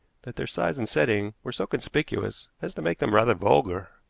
that their size and setting were so conspicuous as to make them rather vulgar.